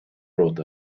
brought